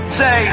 say